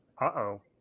Uh-oh